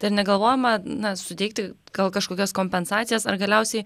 tai ar negalvojama na suteikti gal kažkokias kompensacijas ar galiausiai